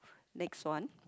next one